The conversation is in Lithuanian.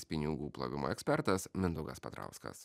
pinigų plovimo ekspertas mindaugas petrauskas